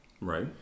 Right